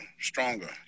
stronger